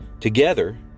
Together